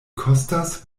kostas